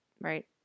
right